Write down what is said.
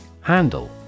Handle